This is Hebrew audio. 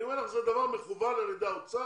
אני אומר לך שזה דבר מכוון על ידי האוצר,